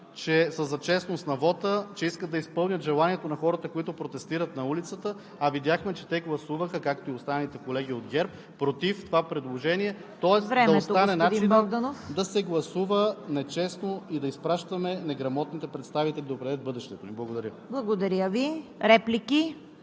че са за честност на вота, че искат да изпълнят желанието на хората, които протестират на улицата, а видяхме, че гласуваха, както и останалите колеги от ГЕРБ, против това предложение, тоест да остане начинът да се гласува нечестно и да изпращаме неграмотните представители да определят бъдещето ни. Благодаря. ПРЕДСЕДАТЕЛ ЦВЕТА